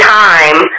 time